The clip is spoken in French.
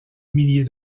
milliers